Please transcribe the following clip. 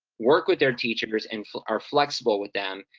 work with their teachers and are flexible with them.